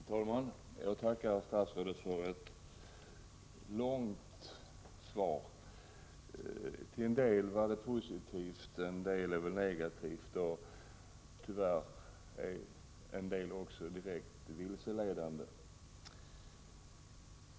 Herr talman! Jag tackar statsrådet för ett långt svar, som till en del var positivt och till en del negativt. Tyvärr är en del av svaret också direkt vilseledande.